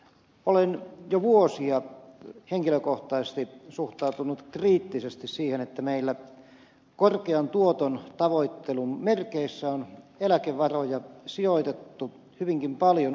olen jo vuosia henkilökohtaisesti suhtautunut kriittisesti siihen että meillä korkean tuoton tavoittelun merkeissä on eläkevaroja sijoitettu hyvinkin paljon ulkomaille